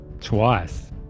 Twice